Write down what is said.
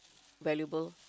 valuable